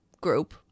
group